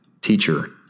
Teacher